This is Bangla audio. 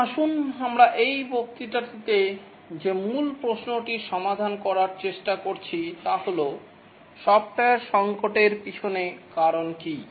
এখন আসুন আমরা এই বক্তৃতাটিতে যে মূল প্রশ্নটির সমাধান করার চেষ্টা করেছি তা হল সফ্টওয়্যার সঙ্কটের পিছনে কারণ কী